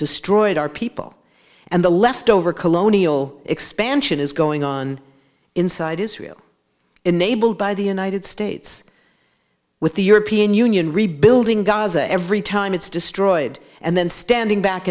destroyed our people and the left over colonial expansion is going on inside israel enabled by the united states with the european union rebuilding gaza every time it's destroyed and then standing back